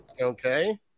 Okay